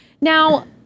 Now